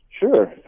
Sure